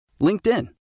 LinkedIn